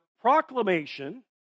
proclamation